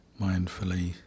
mindfully